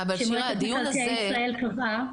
שמועצת מקרקעי ישראל קבעה.